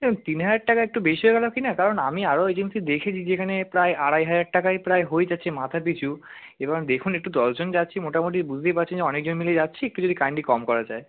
ও তিন হাজার টাকা একটু বেশি হয়ে গেল কি না কারণ আমি আরও এজেন্সি দেখেছি যেখানে প্রায় আড়াই হাজার টাকায় প্রায় হয়ে যাচ্ছে মাথাপিছু এবং দেখুন একটু দশজন যাচ্ছি মোটামুটি বুঝতেই পারছেন যে অনেকজন মিলে যাচ্ছি কিছু যদি কাইন্ডলি কম করা যায়